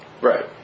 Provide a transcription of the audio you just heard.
Right